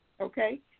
Okay